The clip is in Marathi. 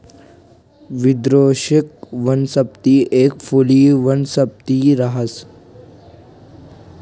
द्विवार्षिक वनस्पती एक फुली वनस्पती रहास